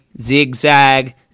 Zigzag